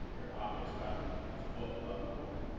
your optic's about a foot above your bore.